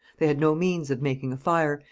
they had no means of making a fire,